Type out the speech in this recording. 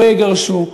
לא יגרשו,